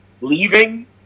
leaving